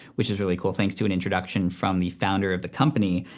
which was really cool thanks to an introduction from the founder of the company.